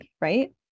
right